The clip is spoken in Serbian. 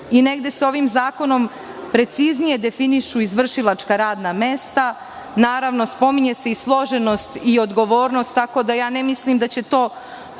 Negde se ovim zakonom preciznije definišu izvršilačka radna mesta. Naravno, pominje se i složenost i odgovornost, tako da ne mislim da će to